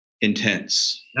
intense